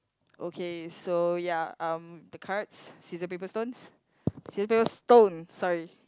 okay so ya um the cards scissor paper stones scissor paper stone sorry